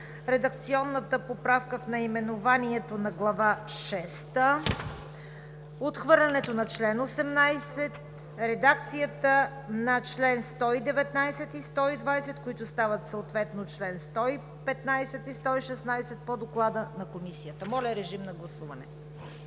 редакционната поправка в наименованието на Глава шеста; отхвърлянето на чл. 118; редакцията на чл. 119 и 120, които стават съответно чл. 115 и 116 по Доклада на Комисията. Гласували